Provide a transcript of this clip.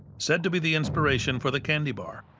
said to be the inspiration for the candy bar.